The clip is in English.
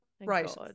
right